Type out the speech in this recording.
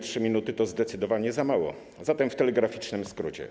3 minuty to zdecydowanie za mało, a zatem w telegraficznym skrócie.